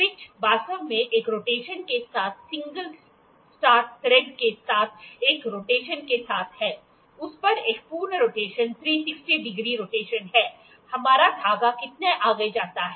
pitch वास्तव में एक रोटेशन के साथ सिंगल स्टार्ट थ्रेड के साथ एक रोटेशन के साथ है उस पर एक पूर्ण रोटेशन 360 डिग्री रोटेशन है हमारा धागा कितना आगे जाता है